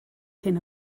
cyn